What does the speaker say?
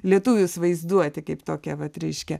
lietuvius vaizduoti kaip tokią vat reiškia